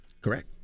Correct